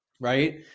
Right